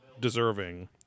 deserving